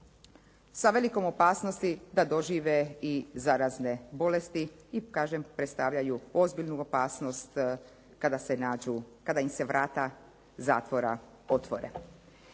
Sa velikom opasnosti da dožive i zarazne bolesti i kažem predstavljaju ozbiljnu opasnost kada im se vrata zatvora otvore.